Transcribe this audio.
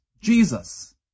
Jesus